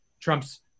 trumps